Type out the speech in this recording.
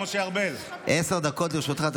בבקשה, עשר דקות לרשותך.